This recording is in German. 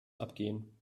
abgehen